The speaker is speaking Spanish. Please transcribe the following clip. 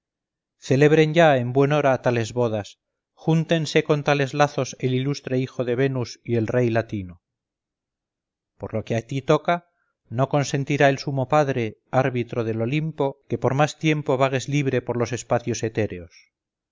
celebren ya en buen hora tales bodas júntense con tales lazos el ilustre hijo de venus y el rey latino por lo que a ti toca no consentirá el sumo padre árbitro del olimpo que por más tiempo vagues libre por los espacios etéreos